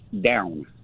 down